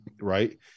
Right